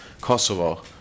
Kosovo